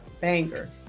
banger